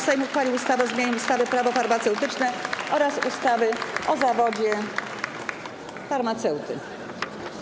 Sejm uchwalił ustawę o zmianie ustawy - Prawo farmaceutyczne oraz ustawy o zawodzie farmaceuty.